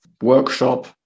workshop